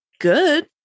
good